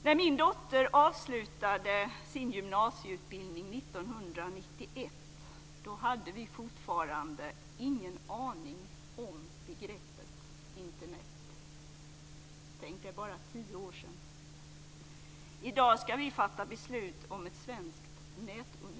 När min dotter avslutade sin gymnasieutbildning 1991 hade vi fortfarande ingen aning om begreppet Internet. Tänk, det är bara tio år sedan. I dag ska vi fatta beslut om ett svenskt nätuniversitet.